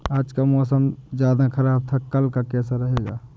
आज का मौसम ज्यादा ख़राब था कल का कैसा रहेगा?